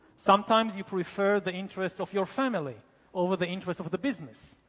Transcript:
sometimes, you prefer the interests of your family over the interest of the business.